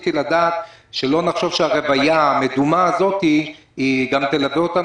שלא נחשוב שהרוויה המדומה הזאת גם תלווה אותנו.